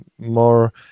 more